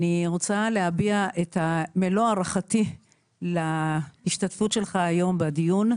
אני רוצה להביע את מלוא הערכתי להשתתפות שלך היום בדיון,